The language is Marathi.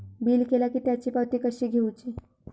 बिल केला की त्याची पावती कशी घेऊची?